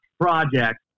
project